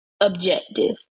Objective